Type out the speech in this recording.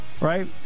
right